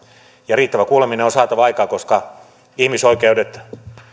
ja riittävä kuuleminen on saatava aikaan koska ihmisoikeudet